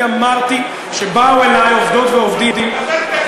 אני אמרתי שבאו אלי עובדות ועובדים,